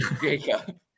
Jacob